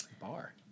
bar